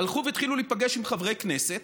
הלכו והתחילו להיפגש עם חברי כנסת.